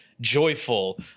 joyful